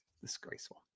disgraceful